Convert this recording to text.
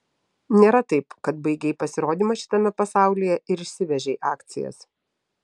nėra taip kad baigei pasirodymą šitame pasaulyje ir išsivežei akcijas